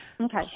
Okay